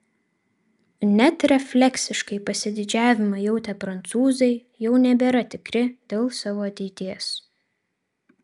net refleksiškai pasididžiavimą jautę prancūzai jau nebėra tikri dėl savo ateities